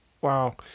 Wow